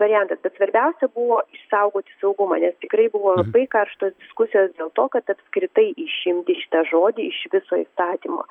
variantas bet svarbiausia buvo išsaugoti saugumą nes tikrai buvo labai karštos diskusijos dėl to kad apskritai išimti šitą žodį iš viso įstatymo